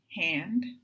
Hand